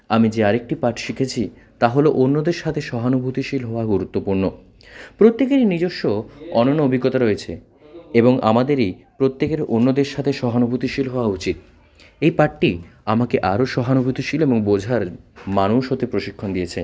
আমি যে আরেকটি পাঠ শিখেছি তা হলো অন্যদের সাথে সহানুভূতিশীল হওয়া গুরুত্বপূর্ণ প্রত্যেকেরই নিজস্ব অনন্য অভিজ্ঞতা রয়েছে এবং আমাদেরই প্রত্যেকের অন্যদের সাথে সহানুভূতিশীল হওয়া উচিত এই পাঠটি আমাকে আরও সহানুভূতিশীল এবং বোঝার মানুষ হতে প্রশিক্ষণ দিয়েছে